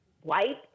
white